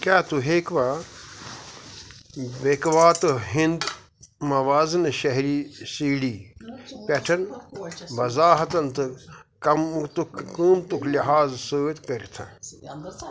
کیٛاہ تُہۍ ہیٚکوا بیٚکوا تہٕ ہِنٛد موازنہٕ شہری سیٖڑھی پٮ۪ٹھ وضاحتن تہٕ کمتُک قۭمتک لحاظ سۭتۍ کٔرِتھ